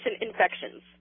infections